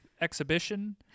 exhibition